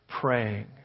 praying